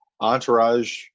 entourage